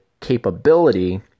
capability